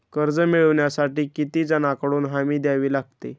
कर्ज मिळवण्यासाठी किती जणांकडून हमी द्यावी लागते?